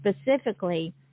specifically